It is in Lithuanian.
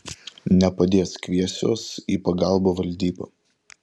nepadės kviesiuos į pagalbą valdybą